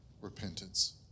repentance